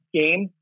game